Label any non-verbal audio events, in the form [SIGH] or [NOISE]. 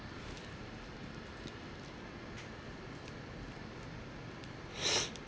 [NOISE]